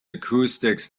acoustics